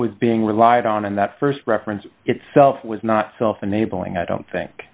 was being relied on in that st reference itself was not self enabling i don't think